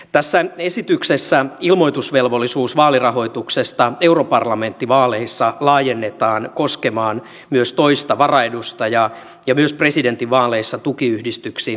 tässä esityksessä ilmoitusvelvollisuus vaalirahoituksesta europarlamenttivaaleissa laajennetaan koskemaan myös toista varaedustajaa ja myös presidentinvaaleissa tukiyhdistyksiä